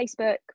facebook